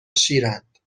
شیرند